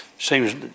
seems